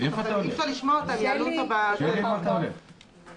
הדרך הנהוגה במערכת הבריאות להעברת תקציבים לגופים השונים היא